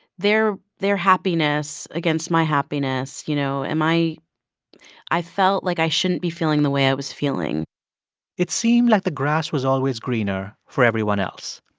their their happiness against my happiness, you know. am i i felt like i shouldn't be feeling the way i was feeling it seemed like the grass was always greener for everyone else.